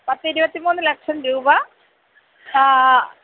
പത്ത് ഇരുപത്തി മൂന്ന് ലക്ഷം രൂപ